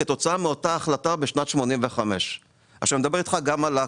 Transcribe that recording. כתוצאה מאותה החלטה בשנת 1985. גם עכו